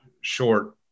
short